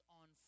on